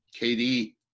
KD